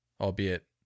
Albeit